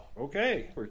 Okay